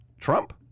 Trump